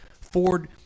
Ford